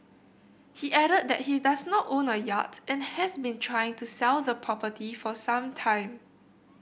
he added that he does not own a yacht and has been trying to sell the property for some time